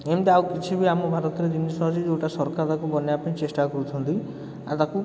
ଏମିତି ଆଉ କିଛିବି ଆମ ଭାରତରେ ଜିନିଷ ଅଛି ଯେଉଁଟା ସରକାର ତାକୁ ବନେଇବାପାଇଁ ଚେଷ୍ଟା କରୁଛନ୍ତି ଆଉ ତାକୁ